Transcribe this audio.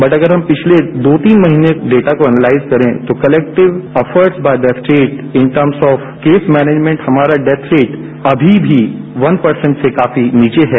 but अगर हम पिछले दो तीन महीने डेटा को एनेलाइज करें तो collective effort by the state in terms of case management हमारा डेथ रेट अभी भी वन परसेन्ट से काफी नीचे है